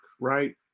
right